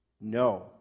No